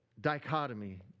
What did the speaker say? Dichotomy